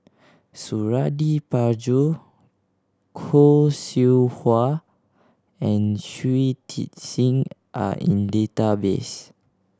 Suradi Parjo Khoo Seow Hwa and Shui Tit Sing are in database